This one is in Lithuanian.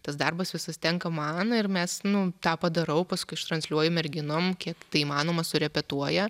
tas darbas visas tenka man ir mes nu tą padarau paskui ištransliuoju merginom kiek įmanoma surepetuoja